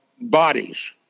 bodies